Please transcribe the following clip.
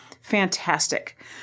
Fantastic